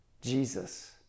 Jesus